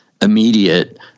immediate